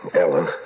Ellen